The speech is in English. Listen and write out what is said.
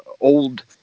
old